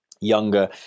younger